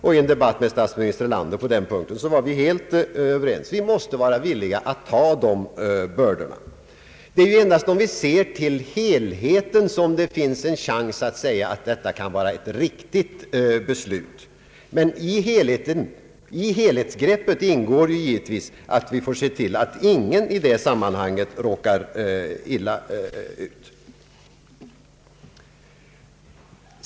I en debatt med statsminister Erlander på denna punkt var vi helt överens. Vi måste vara villiga att ta de bördorna. Endast om vi ser till helheten finns det en chans att säga att detta kan vara ett riktigt beslut. Men i helhetsgreppet ingår givetvis att vi får se till att ingen i det sammanhanget råkar illa ut.